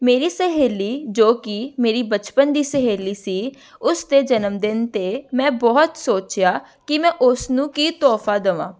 ਮੇਰੀ ਸਹੇਲੀ ਜੋ ਕੀ ਮੇਰੀ ਬਚਪਨ ਦੀ ਸਹੇਲੀ ਸੀ ਉਸ ਦੇ ਜਨਮਦਿਨ 'ਤੇ ਮੈਂ ਬਹੁਤ ਸੋਚਿਆ ਕਿ ਮੈਂ ਉਸਨੂੰ ਕੀ ਤੋਹਫ਼ਾ ਦੇਵਾਂ